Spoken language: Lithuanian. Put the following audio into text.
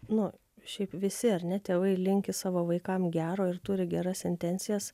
nu šiaip visi ar ne tėvai linki savo vaikam gero ir turi geras intencijas